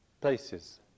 places